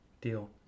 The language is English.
Deal